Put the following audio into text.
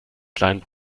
kleinen